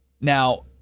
now